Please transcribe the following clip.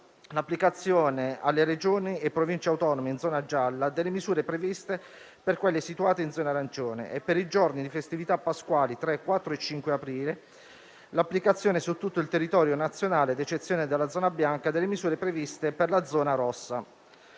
l'applicazione alle Regioni e Province autonome in zona gialla delle misure previste per quelle situate in zona arancione e, per i giorni di festività pasquali del 3, 4 e 5 aprile, l'applicazione su tutto il territorio nazionale, ad eccezione della zona bianca, delle misure previste per la zona rossa.